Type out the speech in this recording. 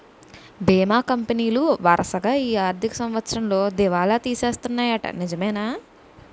బీమా కంపెనీలు వరసగా ఈ ఆర్థిక సంవత్సరంలో దివాల తీసేస్తన్నాయ్యట నిజమేనా